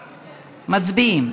מצביעים.